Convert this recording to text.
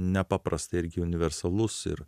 nepaprastai irgi universalus ir